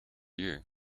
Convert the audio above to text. you